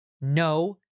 no